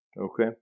Okay